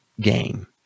game